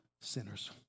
sinners